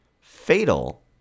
Fatal